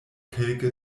kelke